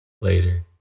Later